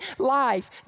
Life